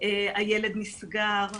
הילד נסגר,